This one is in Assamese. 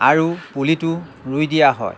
আৰু পুলিটো ৰুই দিয়া হয়